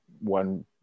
one